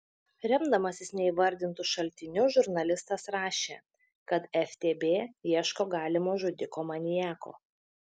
remdamasis neįvardytu šaltiniu žurnalistas rašė kad ftb ieško galimo žudiko maniako